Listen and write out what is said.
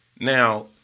Now